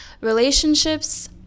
Relationships